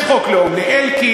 יש חוק לאום לאלקין,